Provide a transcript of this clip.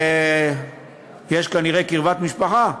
יש כנראה קרבת משפחה?